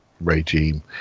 regime